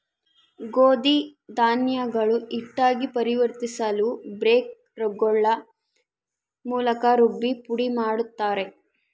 ಗೋಧಿ ಧಾನ್ಯಗಳು ಹಿಟ್ಟಾಗಿ ಪರಿವರ್ತಿಸಲುಬ್ರೇಕ್ ರೋಲ್ಗಳ ಮೂಲಕ ರುಬ್ಬಿ ಪುಡಿಮಾಡುತ್ತಾರೆ